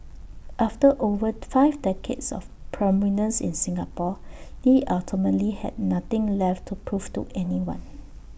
after over five decades of prominence in Singapore lee ultimately had nothing left to prove to anyone